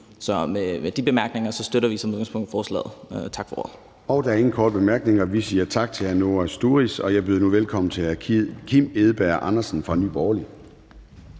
Så med de bemærkninger støtter vi som udgangspunkt forslaget. Tak for ordet. Kl. 13:42 Formanden (Søren Gade): Der er ingen korte bemærkninger, så vi siger tak til hr. Noah Sturis. Og jeg byder nu velkommen til hr. Kim Edberg Andersen fra Nye Borgerlige.